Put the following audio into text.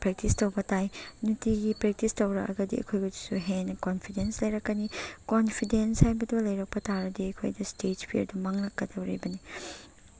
practice ꯇꯧꯕ ꯇꯥꯏ ꯅꯨꯡꯇꯤꯒꯤ ꯄ꯭ꯔꯦꯛꯇꯤꯁ ꯇꯧꯔꯛꯑꯒꯗꯤ ꯑꯩꯈꯣꯏꯉꯣꯟꯗꯁꯨ ꯍꯦꯟꯅ ꯀꯣꯟꯐꯤꯗꯦꯟꯁ ꯂꯩꯔꯛꯀꯅꯤ ꯀꯣꯟꯐꯤꯗꯦꯟꯁ ꯍꯥꯏꯕꯗꯣ ꯂꯩꯔꯛꯄ ꯇꯥꯔꯗꯤ ꯑꯩꯈꯣꯏꯗ ꯏꯁꯇꯦꯖ ꯐꯤꯌꯔꯗꯨ ꯃꯥꯡꯂꯛꯀꯗꯧꯔꯤꯕꯅꯤ